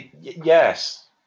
Yes